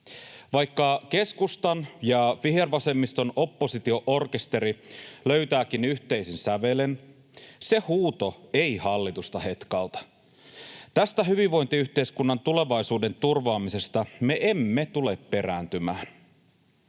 Vaikka keskustan ja vihervasemmiston oppositio-orkesteri löytääkin yhteisen sävelen, se huuto ei hallitusta hetkauta. Tästä hyvinvointiyhteiskunnan tulevaisuuden turvaamisesta me emme tule perääntymään,